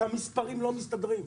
כי המספרים לא מסתדרים,